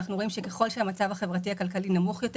אנחנו רואים שככל שהמצב החברתי-כלכלי נמוך יותר